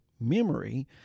memory